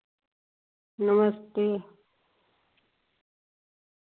नमस्ते